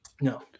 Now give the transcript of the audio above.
no